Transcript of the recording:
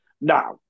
Now